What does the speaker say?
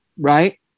right